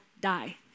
die